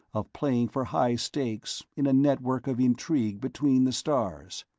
of playing for high stakes in a network of intrigue between the stars.